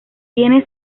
tiene